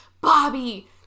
Bobby